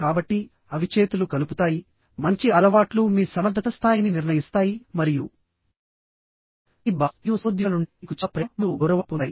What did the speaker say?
కాబట్టిఅవి చేతులు కలుపుతాయిమంచి అలవాట్లు మీ సమర్థత స్థాయిని నిర్ణయిస్తాయి మరియు మీ బాస్ మరియు సహోద్యోగుల నుండి మీకు చాలా ప్రేమ మరియు గౌరవాన్ని పొందుతాయి